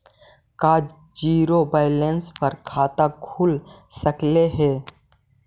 का zero balance पर खाता खुल सकले हे?